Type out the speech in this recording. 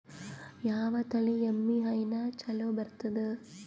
ಯಾವ ತಳಿ ಎಮ್ಮಿ ಹೈನ ಚಲೋ ಬರ್ತದ?